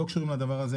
שלא קשורים לדבר הזה,